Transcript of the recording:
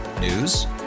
News